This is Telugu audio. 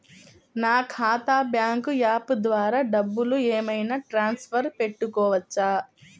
నా ఖాతా బ్యాంకు యాప్ ద్వారా డబ్బులు ఏమైనా ట్రాన్స్ఫర్ పెట్టుకోవచ్చా?